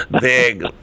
Big